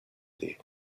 there